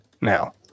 now